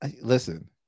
listen